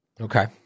Okay